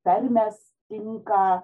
tarmės tinka